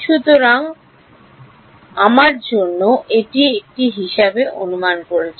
সুতরাং জন্য আমরা এটি হিসাবে অনুমান করেছি